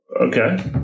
Okay